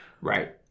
Right